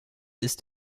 ist